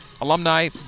Alumni